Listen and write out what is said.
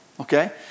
okay